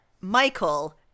Michael